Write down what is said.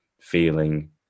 feeling